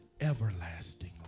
everlasting